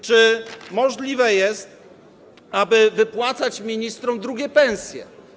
Czy możliwe jest, aby wypłacać ministrom drugie pensje?